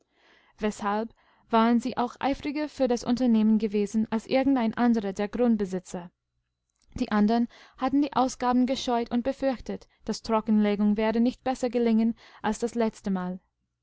weshalb waren sie auch eifriger für das unternehmen gewesen als irgendein anderer der grundbesitzer die andern hatten die ausgaben gescheut und befürchtet dastrockenlegenwerdenichtbessergelingenalsdasletztemal perolasvater wußtesehrwohl daßersieschließlichzudemunternehmenberedethatte er hatteseineganzeüberredungskunstangewendet umseinemsohneingehöft hinterlassen zu können das doppelt so